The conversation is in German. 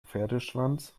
pferdeschwanz